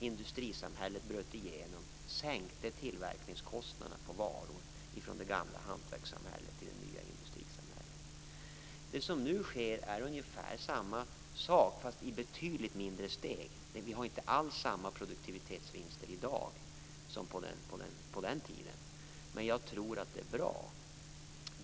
Industrisamhället bröt igenom och sänkte tillverkningskostnaderna för varor från det gamla hantverkssamhället till det nya industrisamhället. Det som nu sker är ungefär samma sak, fast i betydligt mindre steg. Vi har inte alls samma produktivitetsvinster i dag som på den tiden. Jag tror att det är bra.